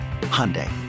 Hyundai